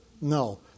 No